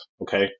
okay